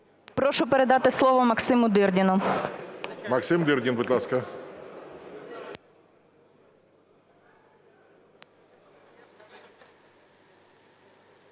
Прошу передати слово Максиму Дирдіну. ГОЛОВУЮЧИЙ. Максим Дирдін, будь ласка.